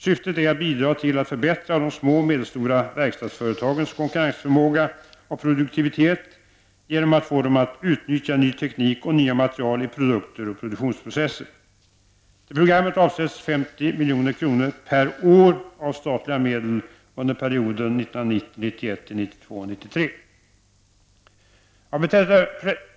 Syftet är att bidra till att förbättra de små och medelstora verkstadsföretagens konkurrensförmåga och produktivitet genom att få dem att utnyttja ny teknik och nya material i produkter och produktionsprocesser. Till programmet avsätts 50 milj.kr. per år av statliga medel under perioden 1990 93.